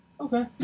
Okay